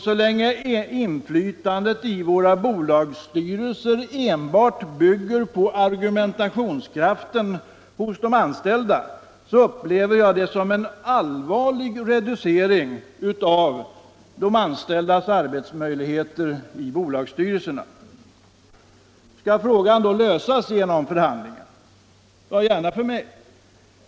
Så länge inflytandet i våra bolagsstyrelser bygger enbart på argumentationskraften hos de anställda upplever jag det som en allvarlig reducering av de anställdas arbetsmöjligheter i bolagssty relserna. Skall frågan då lösas genom förhandlingar? Ja, gärna för mig.